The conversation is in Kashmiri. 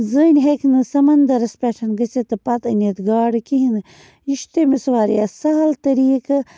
زٔنۍ ہیٚکہِ نہٕ سمندَرَس پٮ۪ٹھ گٔژھِتھ تہٕ پتہٕ أنِتھ گاڈٕ کِہیٖنۍ نہٕ یہِ چھُ تٔمِس واریاہ سَہل طٔریٖقہٕ